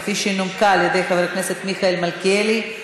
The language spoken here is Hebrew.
שנומקה על ידי חבר הכנסת מיכאל מלכיאלי,